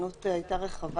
הפרשנות שם הייתה יותר רחבה.